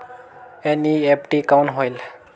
NEFT कौन होएल?